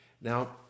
Now